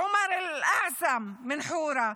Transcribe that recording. עומר אלאעסם מחורה,